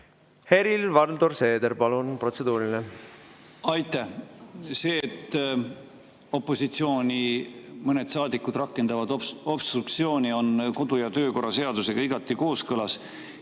Helir-Valdor Seeder, palun, protseduuriline! Aitäh! See, et mõned opositsioonisaadikud rakendavad obstruktsiooni, on kodu‑ ja töökorra seadusega igati kooskõlas.